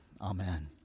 Amen